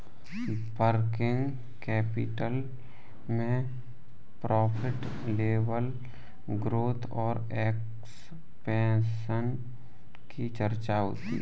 working capital में profit level growth और expansion की चर्चा होती है